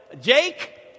Jake